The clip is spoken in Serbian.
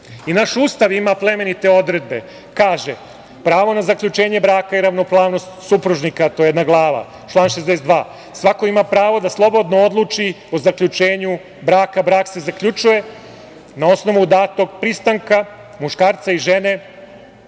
Ustav ima plemenite odredbe. Kaže – pravo na zaključenje braka i ravnopravnost supružnika, to je jedna glava, član 62. svako ima pravo da slobodno odluči o zaključenju braka, brak se zaključuje na osnovu datog pristanka muškarca i žene